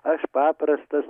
aš paprastas